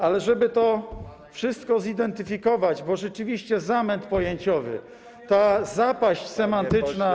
Ale żeby to wszystko zidentyfikować, bo rzeczywiście zamęt pojęciowy, ta zapaść semantyczna.